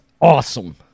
awesome